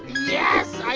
yes, i